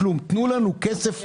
תנו לנו כסף,